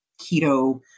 keto